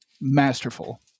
masterful